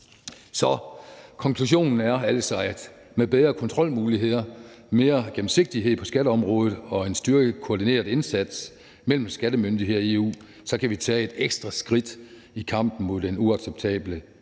Så konklusionen er altså, at med bedre kontrolmuligheder, mere gennemsigtighed på skatteområdet og en styrket koordineret indsats mellem skattemyndigheder i EU kan vi tage et ekstra skridt i kampen mod den uacceptable